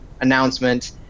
announcement